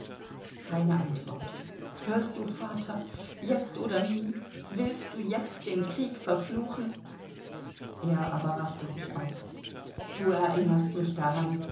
keine antwort hörst du vater jetzt oder nie willst du jetzt den krieg verfluchen er aber raffte sich auf du erinnerst mich daran